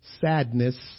Sadness